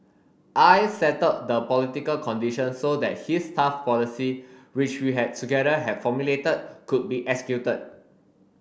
I settled the political conditions so that his tough policy which we had together have formulated could be executed